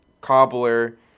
cobbler